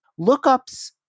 Lookups